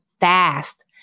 fast